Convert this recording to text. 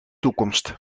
toekomst